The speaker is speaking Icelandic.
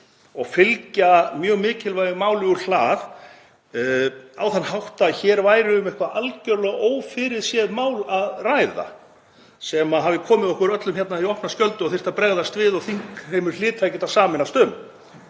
og fylgja mjög mikilvægu máli úr hlaði á þann hátt að hér væri um eitthvert algerlega ófyrirséð mál að ræða sem hafi komið okkur öllum í opna skjöldu og þyrfti að bregðast við og þingheimur hlyti að geta sameinast um,